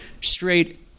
straight